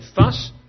fuss